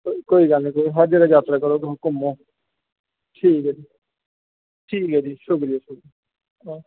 कोई गल्ल नेईं हर जगह यात्रा करो तुस घुम्मो ठीक ऐ जी ठीक ऐ जी शुक्रिया शुक्रिया